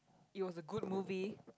it was a good movie